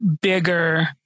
bigger